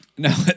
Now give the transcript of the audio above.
No